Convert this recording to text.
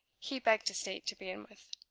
he begged to state to begin with.